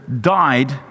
died